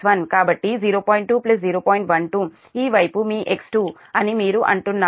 12 ఈ వైపు మీ X2 అని మీరు అంటున్నారు